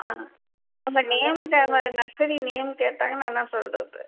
ஆ நம்ம name nursery name கேட்டாங்கன்னா நான் என்ன சொல்கிறது